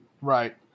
Right